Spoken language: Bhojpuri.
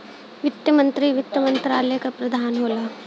वित्त मंत्री वित्त मंत्रालय क प्रधान होला